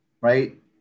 right